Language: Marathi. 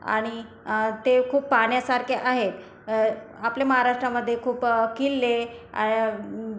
आणि ते खूप पाहण्यासारखे आहेत आपल्या महाराष्ट्रामध्ये खूप किल्ले